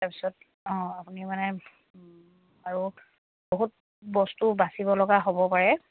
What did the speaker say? তাৰপিছত অঁ আপুনি মানে আৰু বহুত বস্তু বাছিব লগা হ'ব পাৰে